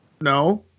No